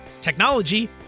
technology